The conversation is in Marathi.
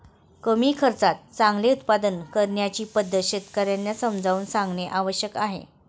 कमी खर्चात चांगले उत्पादन करण्याची पद्धत शेतकर्यांना समजावून सांगणे आवश्यक आहे